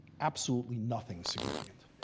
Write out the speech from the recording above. absolutely nothing significant.